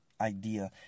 idea